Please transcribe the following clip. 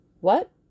What